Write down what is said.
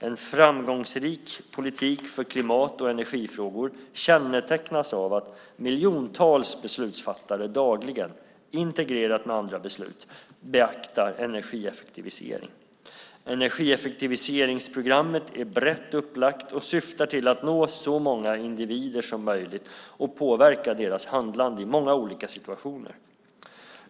En framgångsrik politik för klimat och energifrågor kännetecknas av att miljontals beslutsfattare dagligen, integrerat med andra beslut, beaktar energieffektivisering. Energieffektiviseringsprogrammet är brett upplagt och syftar till att nå så många individer som möjligt och påverka deras handlande i många olika situationer.